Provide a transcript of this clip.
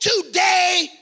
Today